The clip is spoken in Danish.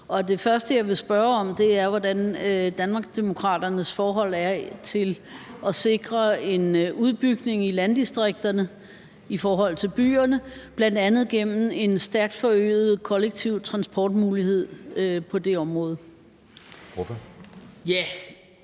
det første, jeg vil spørge om, er, hvordan Danmarksdemokraternes forhold er til at sikre en udbygning i landdistrikterne i forhold til byerne, bl.a. igennem en stærkt forøget kollektiv transport-mulighed på det område.